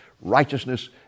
righteousness